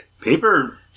Paper